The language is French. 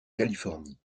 californie